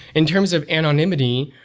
in terms of anonymity,